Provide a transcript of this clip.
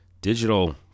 digital